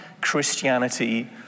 Christianity